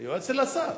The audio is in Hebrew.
על יועץ של השר.